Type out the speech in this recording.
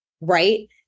right